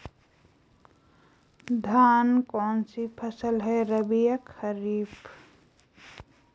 धान कौन सी फसल है रबी या खरीफ?